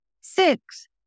six